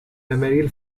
mammal